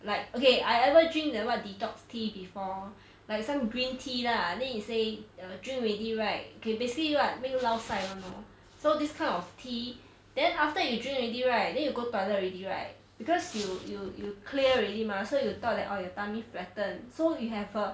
like okay I ever drink the what detox tea before like some green tea lah then he say the drink already right okay basically [what] make you laosai [one] lor so this kind of tea then after you drink already right then you go toilet already right because you you you clear already mah so you thought that oh your tummy flatten so you have a